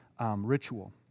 ritual